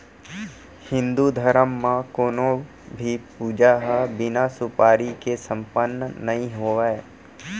हिन्दू धरम म कोनों भी पूजा ह बिना सुपारी के सम्पन्न नइ होवय